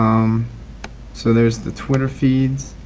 um so there's the twitter feeds.